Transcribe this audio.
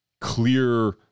clear